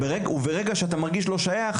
וברגע שאתה מרגיש לא שייך